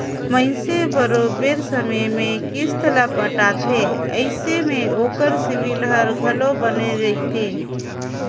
मइनसे बरोबेर समे में किस्त ल पटाथे अइसे में ओकर सिविल हर घलो बने रहथे